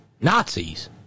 Nazis